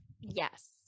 Yes